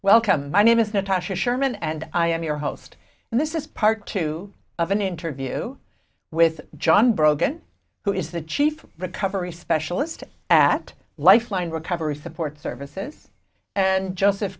welcome my name is natasha sherman and i am your host and this is part two of an interview with john brogan who is the chief recovery specialist at lifeline recovery support services and j